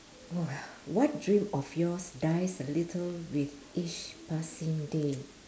well what dream of yours dies a little with each passing day